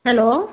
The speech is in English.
hello